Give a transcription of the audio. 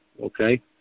okay